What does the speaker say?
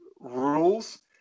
rules